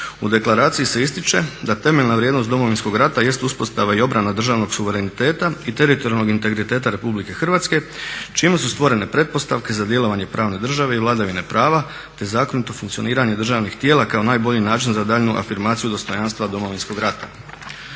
U deklaraciji se ističe da temeljna vrijednost Domovinskog rata jest uspostava i obrana državnog suvereniteta i teritorijalnog integriteta Republike Hrvatske čime su stvorene pretpostavke za djelovanje pravne države i vladavine prava, te zakonito funkcioniranje državnih tijela kao najbolji način za daljnju afirmaciju dostojanstva Domovinskog rata.